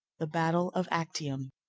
the battle of actium.